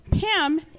Pam